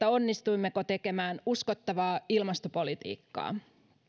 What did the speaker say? onnistuimmeko tekemään uskottavaa ilmastopolitiikkaa